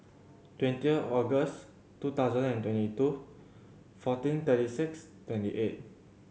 twenty August two thousand and twenty two fourteen thirty six twenty eight